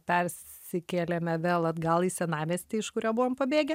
persikėlėme vėl atgal į senamiestį iš kurio buvom pabėgę